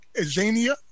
Azania